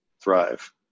thrive